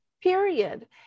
Period